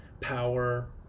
power